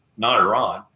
not iran.